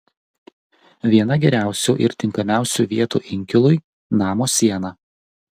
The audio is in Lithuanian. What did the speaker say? viena geriausių ir tinkamiausių vietų inkilui namo siena